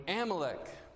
Amalek